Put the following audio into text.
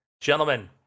Gentlemen